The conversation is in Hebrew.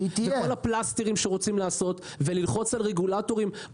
עם כל הפלסטרים שרוצים לעשות ולא ללחוץ על רגולטורים: